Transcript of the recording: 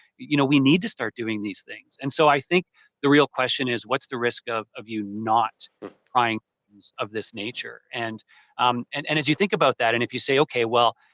you know we need to start doing these things and so, i think the real question is what's the risk of of you not trying things of this nature? and um and and as as you think about that and if you say okay, well,